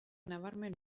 nabarmen